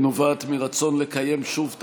אולי היא נובעת מרצון לקיים שוב את